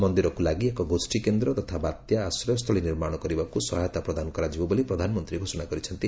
ମନ୍ଦିରକୁ ଲାଗି ଏକ ଗୋଷ୍ଠୀକେନ୍ଦ୍ର ତଥା ବାତ୍ୟା ଆଶ୍ରୟସ୍ଥଳୀ ନିର୍ମାଣ କରିବାକୁ ସହାୟତା ପ୍ରଦାନ କରାଯିବ ବୋଲି ପ୍ରଧାନମନ୍ତ୍ରୀ ଘୋଷଣା କରିଛନ୍ତି